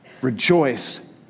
Rejoice